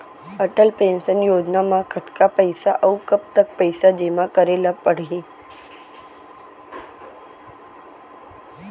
Atal pension योजना म कतका पइसा, अऊ कब तक पइसा जेमा करे ल परही?